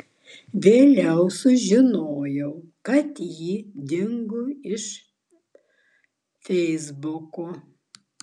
vėliau sužinojau kad ji dingo iš feisbuko